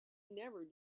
never